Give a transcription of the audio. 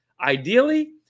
Ideally